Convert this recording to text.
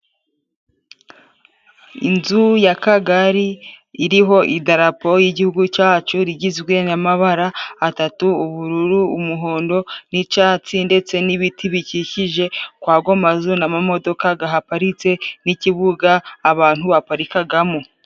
Inzu y'Akagari iriho idarapo y'Igihugu cacu, rigizwe n'amabara atatu, ubururu, umuhondo, n'icatsi ndetse n'ibiti bikikije kwago mazu n'amamodoka gahaparitse n'ikibuga abantu baparikagamo.